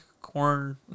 corn